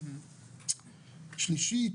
שלישית,